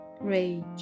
Rage